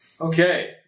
Okay